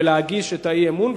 ולהגיש את האי-אמון,